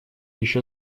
еще